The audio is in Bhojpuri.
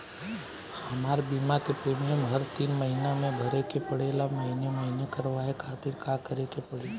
हमार बीमा के प्रीमियम हर तीन महिना में भरे के पड़ेला महीने महीने करवाए खातिर का करे के पड़ी?